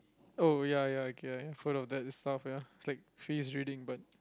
oh ya ya okay full of that stuff ya it's like face reading but